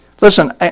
Listen